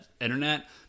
internet